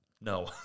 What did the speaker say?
no